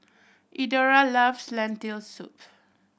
Eudora loves Lentil Soup